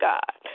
God